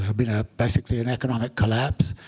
ah been ah basically an economic collapse.